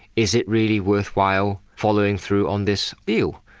is it really worthwhile following through on this deal?